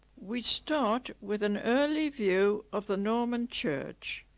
we start with an early view of the norman church.